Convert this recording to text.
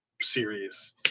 series